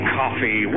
coffee